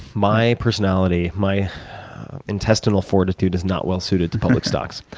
my personality, my intestinal fortitude is not well suited to public stocks.